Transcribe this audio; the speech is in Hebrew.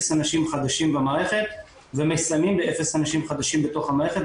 אנשים חדשים במערכת ומסיימים ב-0 אנשים חדשים בתוך המערכת,